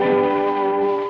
so